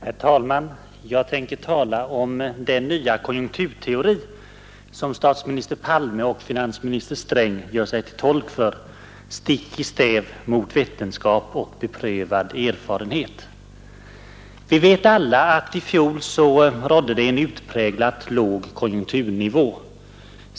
Herr talman! Jag tänker tala om den nya konjunkturteori som statsminister Palme och finansminister Sträng gör sig till tolk för stick i stäv mot vetenskap och beprövad erfarenhet. Vi vet alla att det i fjol rådde en utpräglat låg konjunkturnivå.